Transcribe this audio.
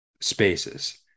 spaces